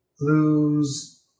Lose